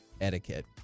etiquette